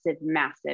massive